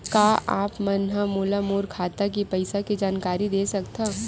का आप मन ह मोला मोर खाता के पईसा के जानकारी दे सकथव?